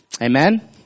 Amen